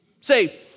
Say